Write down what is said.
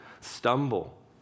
stumble